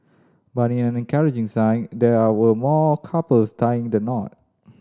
but in an encouraging sign there were more couples tying the knot